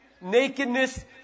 nakedness